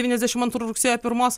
devyniasdešimt antrų rugsėjo pirmos